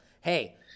Hey